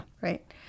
Right